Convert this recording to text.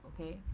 Okay